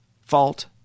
fault